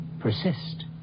persist